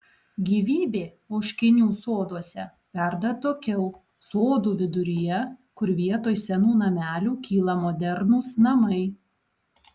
gyvybė ožkinių soduose verda atokiau sodų viduryje kur vietoj senų namelių kyla modernūs namai